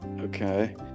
Okay